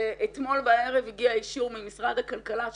אתמול בערב הגיע אישור ממשרד הכלכלה על